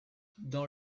dans